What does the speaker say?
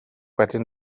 wedyn